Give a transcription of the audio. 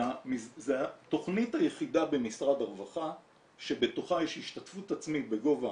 זו התכנית היחידה במשרד הרווחה שבתוכה יש השתתפות עצמית בגובה